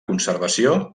conservació